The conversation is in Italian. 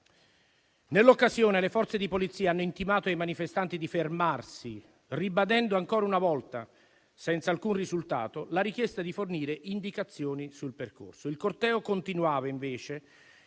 Nell'occasione le Forze di polizia hanno intimato ai manifestanti di fermarsi, ribadendo, ancora una volta senza alcun risultato, la richiesta di fornire indicazioni sul percorso. Il corteo continuava invece